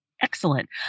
Excellent